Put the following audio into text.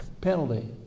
penalty